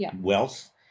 wealth